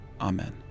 Amen